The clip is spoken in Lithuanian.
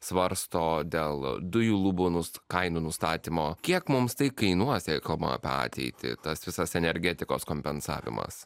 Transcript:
svarsto dėl dujų lubų kainų nustatymo kiek mums tai kainuos jei kalbame apie ateitį tas visas energetikos kompensavimas